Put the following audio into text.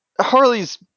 Harley's